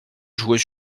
jouer